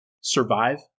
survive